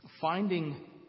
Finding